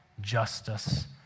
Justice